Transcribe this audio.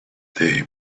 they